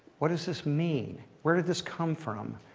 what does this mean? where did this come from?